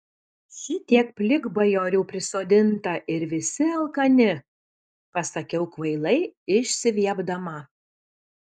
šitiek plikbajorių prisodinta ir visi alkani pasakiau kvailai išsiviepdama